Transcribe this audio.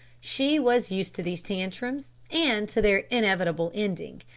she was used to these tantrums, and to their inevitable ending.